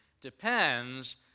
depends